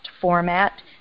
format